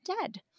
dead